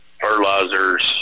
fertilizers